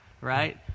Right